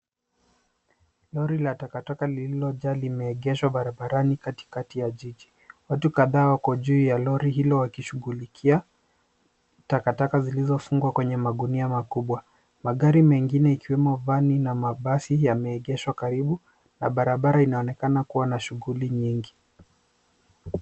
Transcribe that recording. Lori ya takataka lililojaa imeegeshwa barabarani katikati ya jiji. Watu kadhaa wako juu ya lori hilo wakishughulikia takataka zilizofungwa kwenye magunia makubwa. Magari mengine ikiwemo vani na mabasi yameegeshwa karibu na barabara inaonekana kuwa na shughuli nyingi.